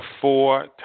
four